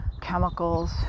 chemicals